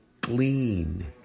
glean